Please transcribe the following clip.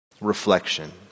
reflection